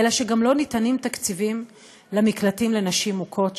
אלא שגם לא ניתנים תקציבים למקלטים לנשים מוכות,